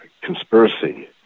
conspiracy